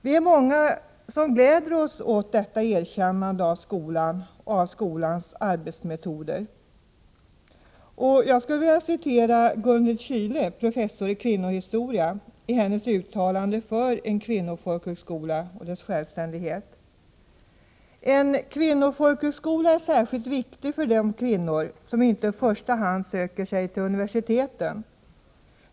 Vi är många som gläder oss åt detta erkännande av skolan och dess arbetsmetoder. Jag skulle vilja citera Gunhild Kyle, professor i kvinnohistoria, som uttalade sig för en kvinnofolkhögskola och dess självständighet: En kvinnofolkhögskola är särskilt viktig för de kvinnor som inte i första hand söker sig till universiteten.